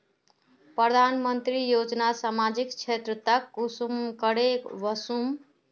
प्रधानमंत्री योजना सामाजिक क्षेत्र तक कुंसम करे ले वसुम?